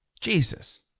Jesus